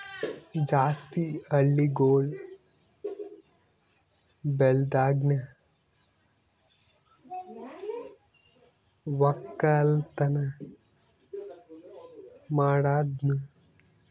ಜಾಸ್ತಿ ಹಳ್ಳಿಗೊಳ್ ಬೆಳ್ದನ್ಗ ಒಕ್ಕಲ್ತನ ಮಾಡದ್ನು ಜಾಸ್ತಿ ಬೆಳಿತು ಮತ್ತ ಅದುರ ಲಿಂತ್ ಜಾಸ್ತಿ ಗಳಿಕೇನೊ ಅತ್ತುದ್